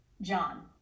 John